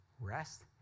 rest